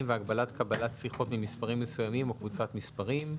והגבלת קבלת שיחות ממספרים מסוימים או קבוצת מספרים,